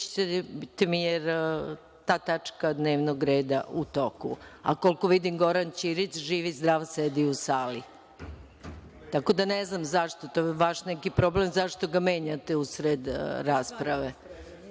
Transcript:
jer je ta tačka dnevnog reda u toku, a koliko vidim, Goran Ćirić, živ i zdrav sedi u sali. Tako da, ne znam zašto, to je vaš neki problem zašto ga menjate u sred rasprave.